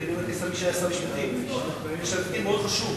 כמי שהיה שר המשפטים אני אומר שלקלדניות יש תפקיד מאוד חשוב,